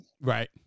Right